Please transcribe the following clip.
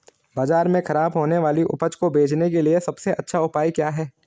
बाजार में खराब होने वाली उपज को बेचने के लिए सबसे अच्छा उपाय क्या हैं?